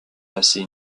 passés